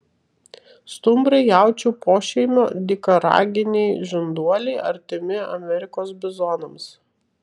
stumbrai jaučių pošeimio dykaraginiai žinduoliai artimi amerikos bizonams